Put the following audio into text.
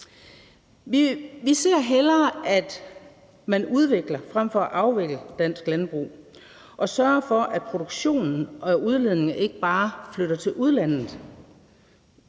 Vi ser hellere, at man udvikler frem for at afvikle danske landbrug og sørger for, at produktionen og udledningen ikke bare flytter til udlandet.